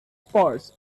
sports